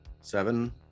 seven